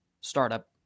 startup